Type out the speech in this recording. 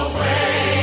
Away